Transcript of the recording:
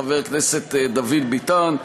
חבר הכנסת דוד ביטן.